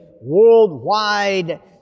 worldwide